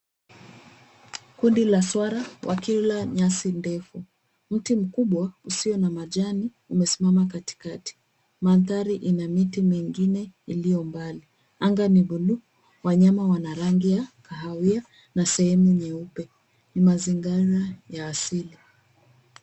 Kundi la Swara wakila nyasi defu mti mkubwa usiyo na majani umesimama katikati. Mandhari inamiti mengine iliyombali. Anga ni [blue] wanyama wanarangi ya kahawia na sehemu nyeupe. Ni mazigara ya asili.